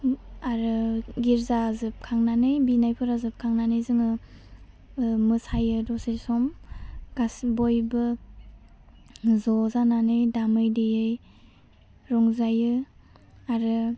आरो गिरजा जोबखांनानै बिनायफोरा जोबखांनानै जोङो मोसायो दसे सम गासै बयबो ज' जानामनै दामै देयै रंजायो आरो